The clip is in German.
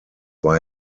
war